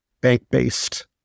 bank-based